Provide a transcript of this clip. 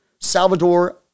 Salvador